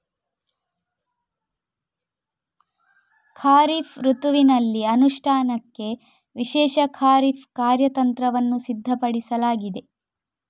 ಖಾರಿಫ್ ಋತುವಿನಲ್ಲಿ ಅನುಷ್ಠಾನಕ್ಕೆ ವಿಶೇಷ ಖಾರಿಫ್ ಕಾರ್ಯತಂತ್ರವನ್ನು ಸಿದ್ಧಪಡಿಸಲಾಗಿದೆ